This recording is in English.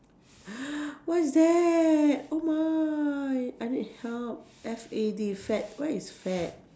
what is that oh my I need help F A D fad what is fad